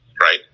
right